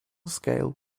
scale